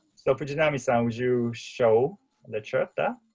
so fujinami-san would you show the chart there.